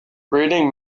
breeding